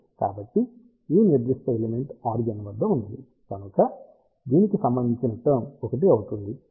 కాబట్టి ఈ నిర్దిష్ట ఎలిమెంట్ ఆరిజిన్ వద్ధ ఉన్నది కనుక దీనికి సంబంధించిన టర్మ్ 1 అవుతుంది